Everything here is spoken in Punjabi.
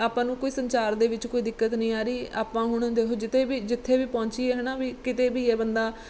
ਆਪਾਂ ਨੂੰ ਕੋਈ ਸੰਚਾਰ ਦੇ ਵਿੱਚ ਕੋਈ ਦਿੱਕਤ ਨਹੀਂ ਆ ਰਹੀ ਆਪਾਂ ਹੁਣ ਦੇਖੋ ਜਿੱਤੇ ਵੀ ਜਿੱਥੇ ਵੀ ਪਹੁੰਚੀਏ ਹੈ ਨਾ ਵੀ ਕਿਤੇ ਵੀ ਹੈ ਬੰਦਾ